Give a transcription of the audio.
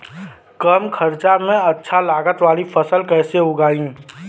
कम खर्चा में अच्छा लागत वाली फसल कैसे उगाई?